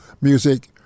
music